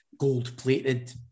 gold-plated